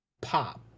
pop